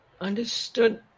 Understood